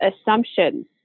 assumptions